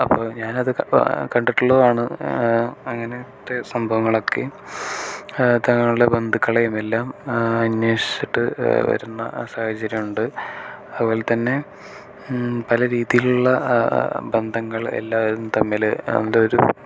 അപ്പോൾ ഞാനത് കണ്ടിട്ടുള്ളതാണ് അങ്ങനത്തെ സംഭവങ്ങളൊക്കേയും തങ്ങളുടെ ബന്ധുക്കളെയും എല്ലാം അന്വേഷിച്ചിട്ട് വരുന്ന സാഹചര്യം ഉണ്ട് അതുപോലെത്തന്നെ പല രീതിയിലുള്ള ബന്ധങ്ങളെ എല്ലാവരും തമ്മിൽ അത് ഒരു